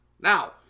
Now